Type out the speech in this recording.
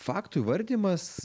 faktų įvardijimas